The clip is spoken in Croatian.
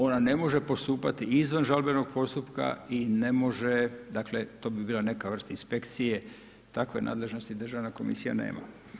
Ona ne može postupati izvan žalbenog postupka i ne može dakle to bi bila neka vrsta inspekcije, takve nadležnosti državna komisija nema.